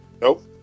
Nope